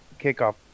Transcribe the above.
kickoff